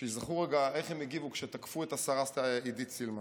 שייזכרו רגע איך הם הגיבו כשתקפו את השרה עידית סילמן.